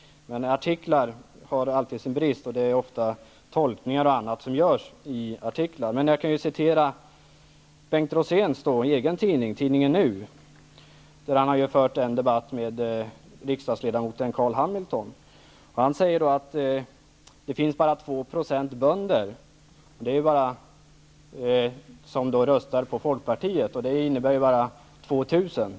Men artiklar har alltid brister, och det görs tolkningar i artiklar. Jag skulle kunna citera Bengt Roséns egen tidning -- tidningen Nu -- där han har fört en debatt med riksdagsledamoten Karl Hamilton. Han säger att det bara finns 2 % bönder som röstar på Folkpartiet. Det innebär 2 000.